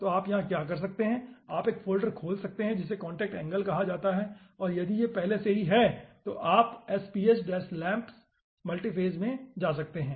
तो आप क्या कर सकते हैं आप एक फ़ोल्डर खोल सकते हैं ठीक है जिसे कांटेक्ट एंगल कहा जाता है या यदि यह पहले से ही है तो आप SPH LAAMPS मल्टीफ़ेज़ में जा सकते हैं